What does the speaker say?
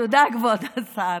תודה, כבוד השר.